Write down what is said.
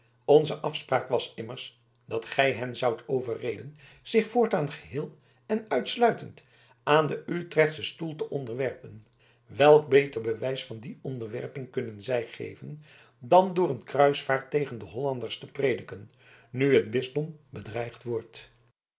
onze afspraak was immers dat gij hen zoudt overreden zich voortaan geheel en uitsluitend aan den utrechtschen stoel te onderwerpen welk beter bewijs van die onderwerping kunnen zij geven dan door een kruisvaart tegen de hollanders te prediken nu het bisdom bedreigd wordt